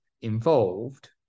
involved